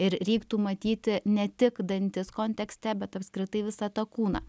ir reiktų matyti ne tik dantis kontekste bet apskritai visą tą kūną